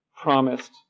promised